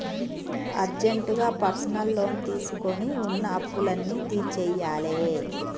అర్జెంటుగా personal loan తీసుకొని వున్న అప్పులన్నీ తీర్చేయ్యాలే